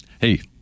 Hey